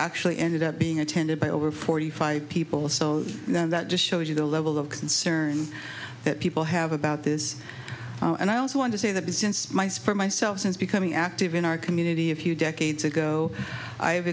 actually ended up being attended by over forty five people so that just shows you the level of concern that people have about this and i also want to say that since my sperm myself since becoming active in our community a few decades ago i